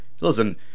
listen